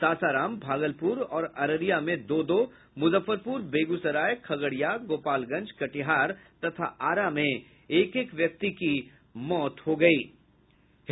सासाराम भागलपुर और अररिया में दो दो मुजफ्फरपुर बेगूसराय खगड़िया गोपालगंज कटिहार तथा आरा में एक एक व्यक्ति की मौत की खबर है